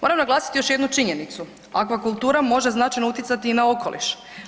Moram naglasiti i još jednu činjenicu, aquakultura može značajno utjecati i na okoliš.